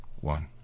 one